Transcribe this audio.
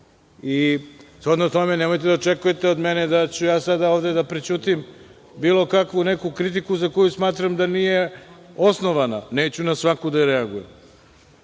politikom. Shodno tome, nemojte da očekujete od mene da ću ja da sada ovde prećutim bilo kakvu neku kritiku za koju smatram da nije osnovana. Neću na svaku da reagujem.